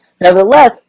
Nevertheless